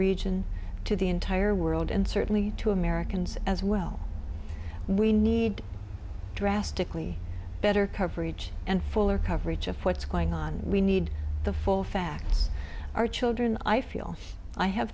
region to the entire world and certainly to americans as well we need drastically better coverage and fuller coverage of what's going on we need the full facts our children i feel i have